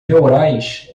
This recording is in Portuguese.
neurais